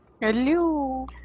Hello